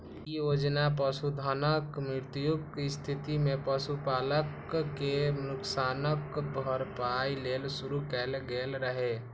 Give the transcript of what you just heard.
ई योजना पशुधनक मृत्युक स्थिति मे पशुपालक कें नुकसानक भरपाइ लेल शुरू कैल गेल रहै